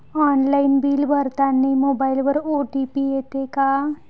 Online bill भरतानी मोबाईलवर OTP येते का?